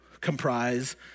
comprise